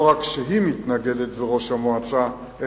לא רק שהיא מתנגדת וראש המועצה מתנגד,